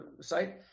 site